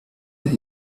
that